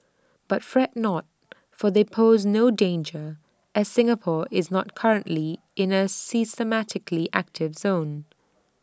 but fret not for they pose no danger as Singapore is not currently in A seismically active zone